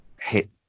hit